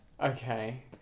Okay